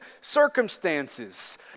circumstances